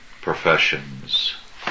professions